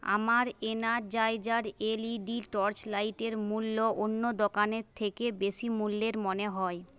আমার Energizer LED টর্চলাইটের মূল্য অন্য দোকানের থেকে বেশি মূল্যের মনে হয়